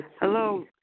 Hello